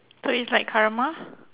so it's like karma